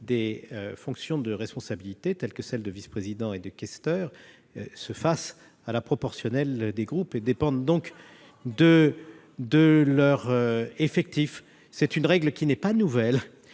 des fonctions de responsabilité, telles que celles de vice-président et de questeur, se fait à la proportionnelle des groupes, et dépend donc des effectifs de ceux-ci. Cette règle n'est pas nouvelle,